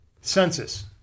census